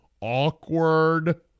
Awkward